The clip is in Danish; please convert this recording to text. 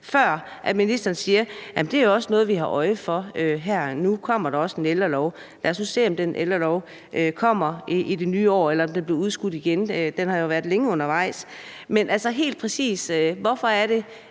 før ministeren siger: Jamen det er også noget, vi har øje for her; nu kommer der også en ældrelov? Lad os nu se, om den ældrelov kommer i det nye år, eller om den bliver udskudt igen. Den har jo været længe undervejs. Men altså, hvorfor er det